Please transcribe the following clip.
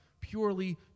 purely